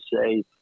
say